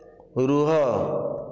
ରୁହ